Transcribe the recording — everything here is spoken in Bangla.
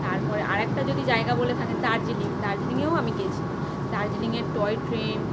তারপরে আরেকটা যদি জায়গা বলে থাকেন দার্জিলিং দার্জিলিঙেও আমি গিয়েছি দার্জিলিঙের টয় ট্রেন